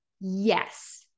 Yes